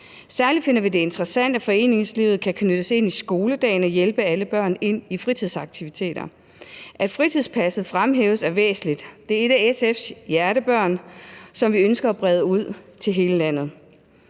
Særlig finder vi det interessant, at foreningslivet kan knyttes ind i skoledagene og hjælpe alle børn ind i fritidsaktiviteter. At fritidspasset fremhæves, er væsentligt. Det er et af SF's hjertebørn, som vi ønsker at brede ud til hele landet.